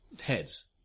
heads